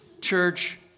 church